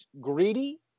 greedy